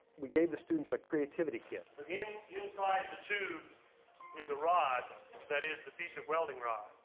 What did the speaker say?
we gave the students a creativity kit. but yeah inside the tube is a rod that is, the piece of welding rod.